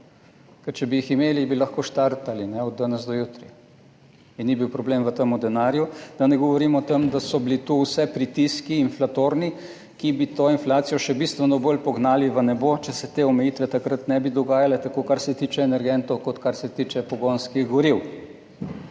Ker če bi jih imeli, bi lahko štartali od danes do jutri, in ni bil problem v tem denarju. Da ne govorim o tem, da so bili to inflatorni pritiski, ki bi to inflacijo še bistveno bolj pognali v nebo, če se te omejitve takrat ne bi dogajale, tako, kar se tiče energentov kot kar se tiče pogonskih goriv.